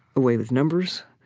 a way with numbers?